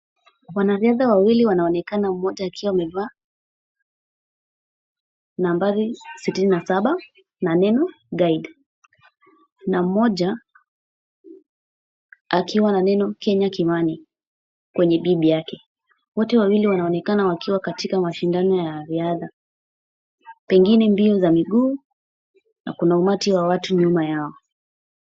Wanariadha wawili wanaonekana mmoja akiwa amevaa nambari sitini na saba na neno died . Na mmoja akiwa na neno Kenya Kimani kwenye beeb yake, wote wawili wanaonekana wakiwa katika mashindano ya riadha pengine mbio za miguu na kuna umati wa watu nyuma yao.